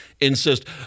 insist